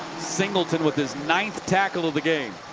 singleton with his ninth tackle of the game.